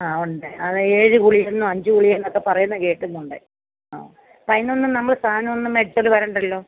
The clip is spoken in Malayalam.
ആ ഉണ്ട് അത് ഏഴ് കുളി എന്നോ അഞ്ചു കുളി എന്നൊക്കെ പറയുന്ന കേൾക്കുന്നുണ്ട് അപ്പം അതിനൊന്നും നമ്മള് സാധനം മേടിച്ചുകൊണ്ട് വരണ്ടല്ലോ